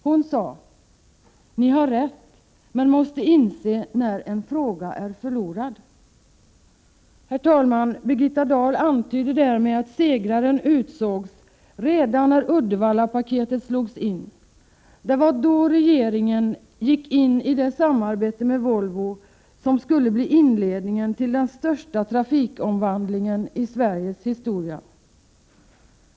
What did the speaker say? Hon sade: ”Ni har rätt, men måste inse när en fråga är förlorad.” Birgitta Dahl antyder därmed, herr talman, att segraren utsågs redan när Uddevallapaketet ”slogs in”. Det var då regeringen gick in i det samarbete med Volvo som skulle bli inledningen till den största trafikomvandlingen i Sveriges historia.